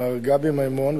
מר גבי מימון,